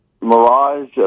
mirage